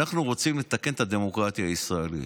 אנחנו רוצים לתקן את הדמוקרטיה הישראלית,